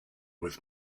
with